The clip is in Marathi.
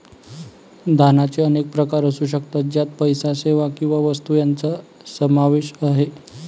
दानाचे अनेक प्रकार असू शकतात, ज्यात पैसा, सेवा किंवा वस्तू यांचा समावेश आहे